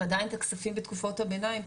ועדיין את הכספים בתקופות הביניים,